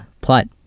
plot